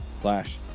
slash